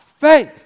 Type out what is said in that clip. faith